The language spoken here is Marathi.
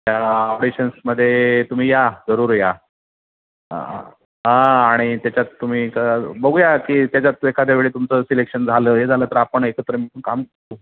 त्या ऑडिशन्समध्ये तुम्ही या जरूर या आणि त्याच्यात तुम्ही बघू या की त्याच्यात एखाद्या वेळी तुमचं सिलेक्शन झालं हे झालं तर आपण एकत्र मिन काम